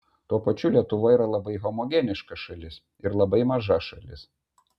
tuo pačiu lietuva yra labai homogeniška šalis ir labai maža šalis